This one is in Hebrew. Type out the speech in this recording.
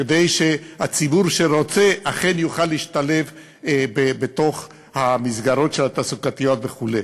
כדי שהציבור שרוצה אכן יוכל להשתלב במסגרות התעסוקתיות וכו'.